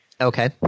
Okay